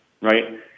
right